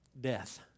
death